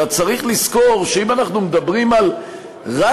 אלא צריך לזכור שאם אנחנו מדברים על רק